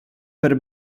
per